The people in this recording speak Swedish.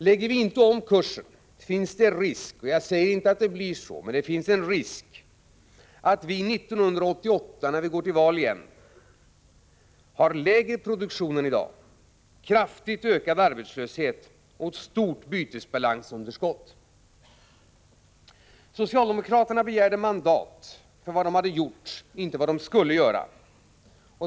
Lägger vi inte om kursen finns det risk — jag säger inte att det blir på detta sätt, men jag säger att det finns en risk — att vi 1988, när vi går till val igen, har lägre produktion än i dag, kraftigt ökad arbetslöshet och ett stort bytesbalansunderskott. Socialdemokraterna begärde mandat för vad de hade gjort - inte för vad de skulle göra.